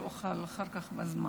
לפניי.